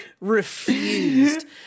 Refused